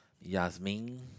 Yasmin